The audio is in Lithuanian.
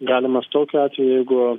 galimas tokiu atveju jeigu